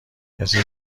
کسی